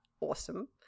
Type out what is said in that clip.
awesome